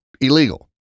illegal